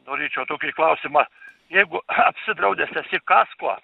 norėčiau tokį klausimą jeigu apsidraudęs kasko